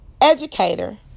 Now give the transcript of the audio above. educator